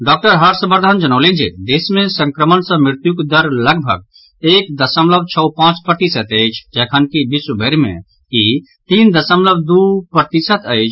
doctor Harshvardhan जनौलनि जे देश मे संक्रमण सँ मृत्युक दर लगभग एक दशमलव छओ पांच प्रतिशत अछि जखनकि विश्वभरि मे ई तीन दशमलव दू प्रतिशत अछि